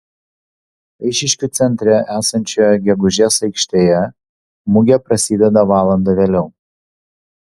eišiškių centre esančioje gegužės aikštėje mugė prasideda valanda vėliau